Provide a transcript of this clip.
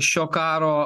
šio karo